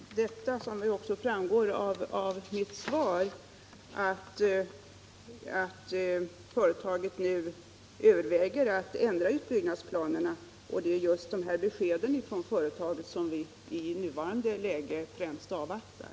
Herr talman! Jag kan bara säga det som väl också framgår av mitt svar på huvudfrågan att företaget nu överväger att ändra utbyggnadsplanerna. Det är just de beskeden från företaget som vi i nuvarande läge främst avvaktar.